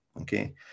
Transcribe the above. okay